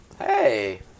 Hey